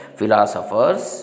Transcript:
philosophers